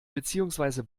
beziehungsweise